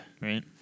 Right